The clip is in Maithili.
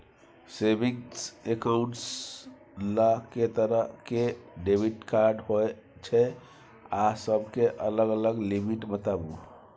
सेविंग एकाउंट्स ल के तरह के डेबिट कार्ड होय छै आ सब के अलग अलग लिमिट बताबू?